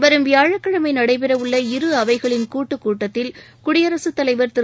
வரும் வியாழக்கிழமைநடைபெறவுள்ள இரு அவைகளின் கூட்டுக் கூட்டத்தில் குடியரசுத் தலைவா் திரு